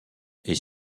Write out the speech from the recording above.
est